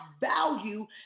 value